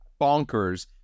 bonkers